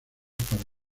para